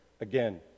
Again